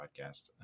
podcast